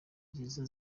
nziza